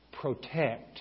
protect